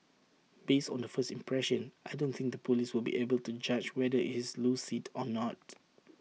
based on the first impression I don't think the Police will be able to judge whether he's lucid or not